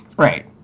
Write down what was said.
Right